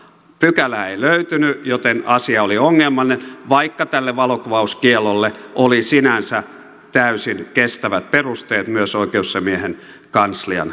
pykälää ei löytynyt joten asia oli ongelmallinen vaikka tälle valokuvauskiellolle oli sinänsä täysin kestävät perusteet myös oikeusasiamiehen kanslian näkökulmasta